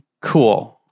cool